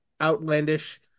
Outlandish